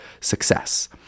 success